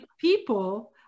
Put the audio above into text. people